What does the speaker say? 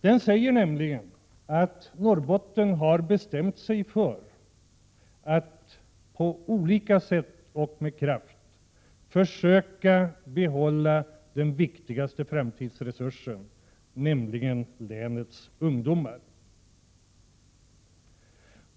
De säger att Norrbotten har bestämt sig för att på olika sätt och med kraft försöka behålla den viktigaste framtidsresursen, nämligen länets ungdomar.